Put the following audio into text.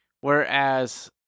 Whereas